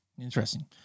Interesting